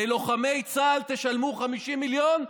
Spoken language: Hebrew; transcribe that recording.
ללוחמי צה"ל תשלמו 50 מיליון,